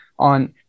On